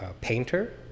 painter